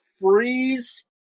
freeze